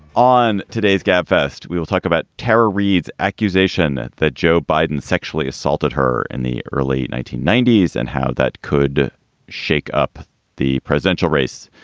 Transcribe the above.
on today's gabfest, we will talk about terror, reid's accusation that joe biden sexually assaulted her in the early nineteen ninety s and how that could shake up the presidential race.